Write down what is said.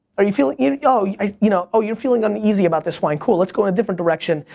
are you feeling, you know yeah you know oh you're feeling uneasy about this wine, cool, let's go in a different direction.